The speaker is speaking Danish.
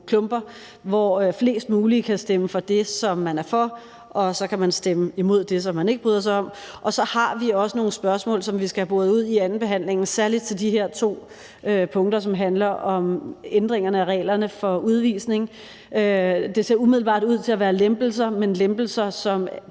klumper, hvor flest mulige kan stemme for det, som man er for, og så kan man stemme imod det, som man ikke bryder sig om. Og så har vi også nogle spørgsmål, som vi skal have boret ud under andenbehandlingen, særlig i forhold til de her to punkter, som handler om ændringerne af reglerne for udvisning. Det ser umiddelbart ud til at være lempelser, men lempelser, som